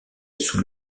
sous